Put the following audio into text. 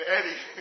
Eddie